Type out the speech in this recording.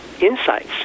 insights